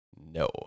No